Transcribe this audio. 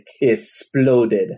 exploded